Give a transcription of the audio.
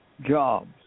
Jobs